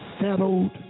settled